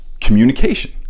communication